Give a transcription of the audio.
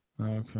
Okay